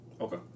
Okay